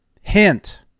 hint